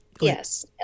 Yes